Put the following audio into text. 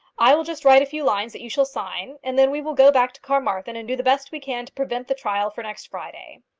i will just write a few lines that you shall sign, and then we will go back to carmarthen and do the best we can to prevent the trial for next friday.